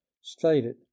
stated